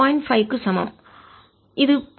5 க்கு சமம் ஆகும் இது 0